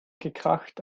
gekracht